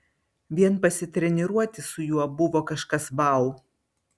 vien pasitreniruoti su juo buvo kažkas vau